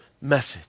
message